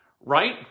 right